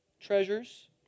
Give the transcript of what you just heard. treasures